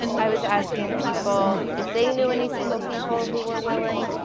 i was asking people if they knew any single people who were willing.